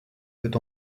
peut